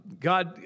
God